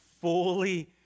fully